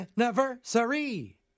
Anniversary